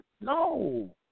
no